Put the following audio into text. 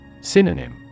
Synonym